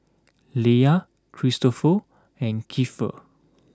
Leia Kristoffer and Keifer